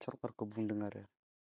सरखारखौ बुंदों आरो